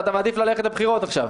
שאתה מעדיף ללכת לבחירות עכשיו?